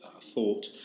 thought